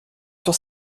sur